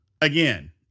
Again